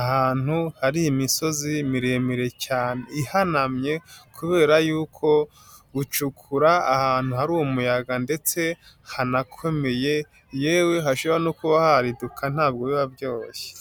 Ahantu hari imisozi miremire cyane ihanamye kubera yuko gucukura ahantu hari umuyaga ndetse hanakomeye, yewe hashobora no kuba hariduka ntabwo biba byoroshye.